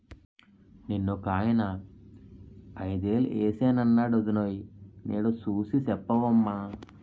నిన్నొకాయన ఐదేలు ఏశానన్నాడు వొడినాయో నేదో సూసి సెప్పవమ్మా